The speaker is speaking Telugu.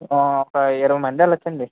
ఒక ఇరవై మంది వెళ్ళొచ్చండి